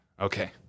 Okay